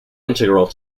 integral